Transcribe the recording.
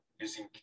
using